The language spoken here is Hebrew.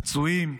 פצועים.